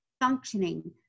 functioning